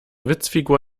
witzfigur